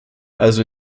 also